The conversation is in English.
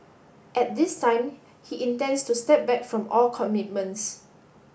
at this time he intends to step back from all commitments